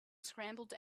scrambled